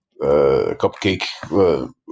Cupcake